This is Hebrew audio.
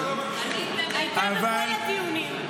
היא הייתה בכל הדיונים.